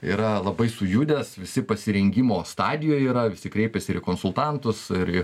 yra labai sujudęs visi pasirengimo stadijoj yra visi kreipiasi ir į konsultantus ir į